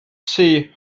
see